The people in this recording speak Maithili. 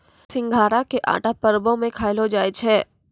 सिघाड़ा के आटा परवो मे खयलो जाय छै